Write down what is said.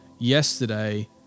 Yesterday